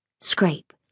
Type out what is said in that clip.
Scrape